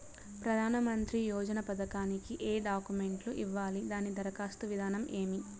ప్రధానమంత్రి యోజన పథకానికి ఏ డాక్యుమెంట్లు ఇవ్వాలి దాని దరఖాస్తు విధానం ఏమి